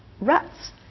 ruts